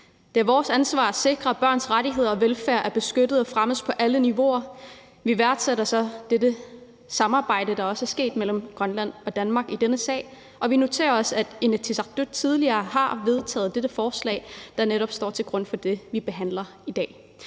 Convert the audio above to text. Det er vores ansvar at sikre, at børns rettigheder og velfærd er beskyttet og fremmes på alle niveauer. Vi værdsætter derfor det samarbejde, der har været mellem Grønland og Danmark i denne sag, og vi noterer os, at Inatsisartut tidligere har vedtaget det forslag, der netop ligger til grund for det, vi behandler i dag.